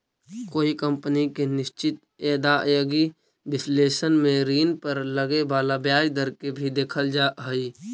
कोई कंपनी के निश्चित आदाएगी विश्लेषण में ऋण पर लगे वाला ब्याज दर के भी देखल जा हई